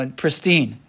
pristine